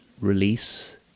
release